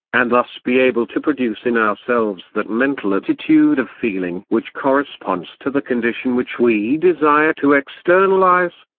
and thus be able to produce in ourselves that mental attitude of feeling which corresponds to the condition which we desire to externalise.